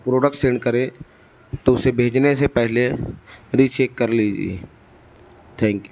product send کریں تو اسے بھیجنے سے پہلے ری چیک کر لیجیے تھینک یو